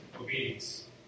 obedience